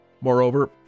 Moreover